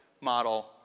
model